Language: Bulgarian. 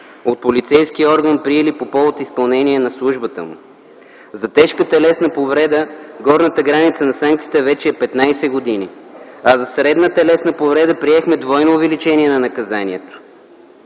от полицейски орган – при или по повод изпълнение на службата му. За тежка телесна повреда горната граница на санкцията вече е 15 години, а за средна телесна повреда приехме двойно увеличение на наказанието,